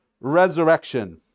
resurrection